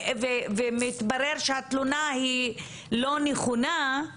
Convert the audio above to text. ומתברר שהתלונה היא לא נכונה,